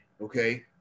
okay